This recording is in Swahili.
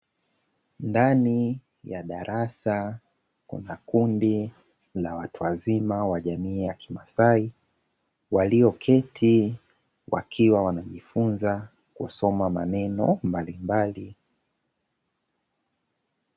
Ndani ya darasa kuna kundi la watu wazima wa jamii ya kimasai walioketi wakiwa wanajifunza kusoma maneno mbalimbali.